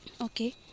Okay